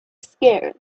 scared